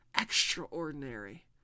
extraordinary